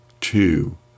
two